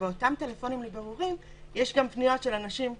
ובאותם טלפונים לבירורים יש גם פניות של אנשים כאלה.